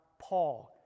Paul